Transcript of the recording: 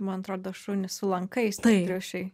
man atrodo šunys su lankais tie triušiai